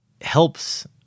helps